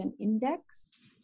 index